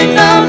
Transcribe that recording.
no